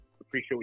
appreciate